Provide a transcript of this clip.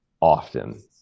often